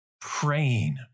praying